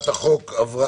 הצעת החוק עברה.